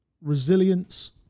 resilience